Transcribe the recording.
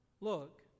look